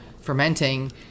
fermenting